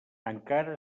encara